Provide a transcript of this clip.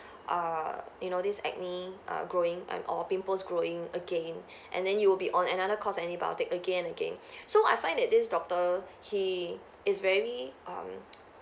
err you know this acne err growing and or pimples growing again and then you will be on another course antibiotic again and again so I find that this doctor he is very um